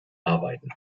arbeiten